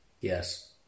Yes